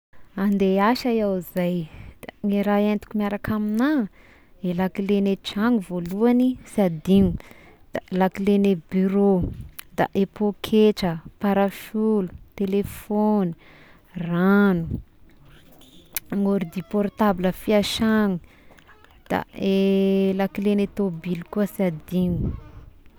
Andeha hiasa iaho zey da ny raha entiko miaraka amignà i lakile ny tragno voalohagny sy adigno, da lakile ny bureau, da i poketra, parasolo, telefogny ragno, ny ordi portable fiasagna, da lakile tomobily koa sy adino.